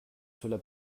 cela